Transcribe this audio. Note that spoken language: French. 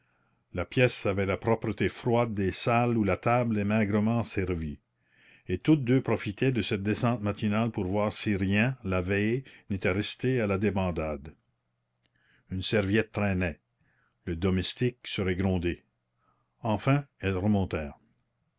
la pièce avait la propreté froide des salles où la table est maigrement servie et toutes deux profitaient de cette descente matinale pour voir si rien la veille n'était resté à la débandade une serviette traînait le domestique serait grondé enfin